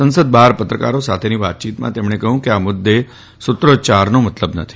સંસદ બહાર પત્રકારો સાથેની વાતચીતમાં તેમણે કહ્યું કે આ મુદ્દે સૂત્રોચ્યારનો મતલબ નથી